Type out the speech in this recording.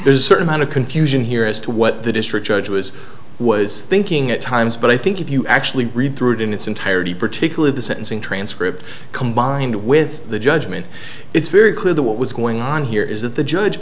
there's a certain amount of confusion here as to what the district judge was was thinking at times but i think if you actually read through it in its entirety particularly the sentencing transcript combined with the judgment it's very clear that what was going on here is that the judge